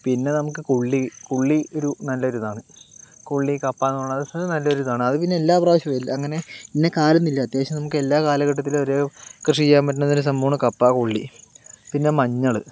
പിന്നെ നമുക്ക് കൊള്ളി കൊള്ളി ഒരു നല്ല ഒരിതാണ് കൊള്ളി കപ്പയെന്ന് പറയണത് നല്ല ഒരു ഇതാണ് അത് പിന്നെ എല്ലാ പ്രാവശ്യവും ഇല്ല അങ്ങനെ ഇന്ന കാലമെന്നില്ല അത്യാവശ്യം നമുക്കെല്ലാ കാലഘട്ടത്തിലും ഒരേപോലെ കൃഷി ചെയ്യാൻ പറ്റണ ഒരു സംഭവമാണ് കപ്പ കൊള്ളി പിന്നെ മഞ്ഞള്